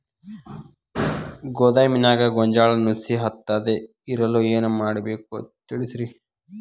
ಗೋದಾಮಿನ್ಯಾಗ ಗೋಂಜಾಳ ನುಸಿ ಹತ್ತದೇ ಇರಲು ಏನು ಮಾಡಬೇಕು ತಿಳಸ್ರಿ